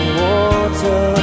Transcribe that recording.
water